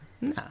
nah